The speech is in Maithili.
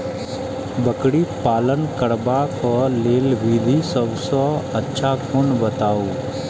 बकरी पालन करबाक लेल विधि सबसँ अच्छा कोन बताउ?